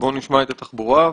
נשמע את משרד התחבורה.